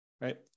right